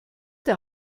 der